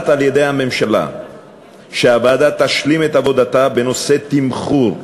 הממשלה החליטה שהוועדה תשלים את עבודתה בנושא תמחור.